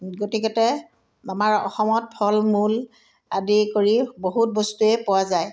গতিকেতে আমাৰ অসমত ফল মূল আদি কৰি বহুত বস্তুৱেই পোৱা যায়